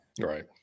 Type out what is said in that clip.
Right